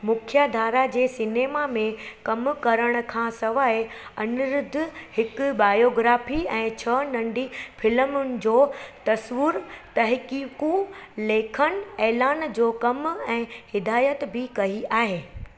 मुख्यधारा जे सिनेमा में कमु करणु खां सिवाइ अनिरुद्ध हिकु बायोग्राफ़ी ऐं छह नंढी फिल्मुनि जो तस्वुरु तहक़ीक़ु लेखन ऐलान जो कमु ऐं हिदायत बि कई आहे